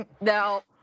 No